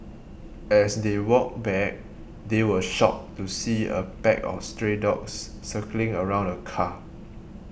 as they walked back they were shocked to see a pack of stray dogs circling around the car